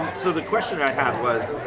so the question i had was,